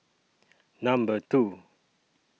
Number two